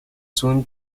soon